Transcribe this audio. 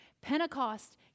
Pentecost